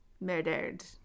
murdered